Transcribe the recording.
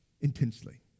intensely